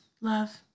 love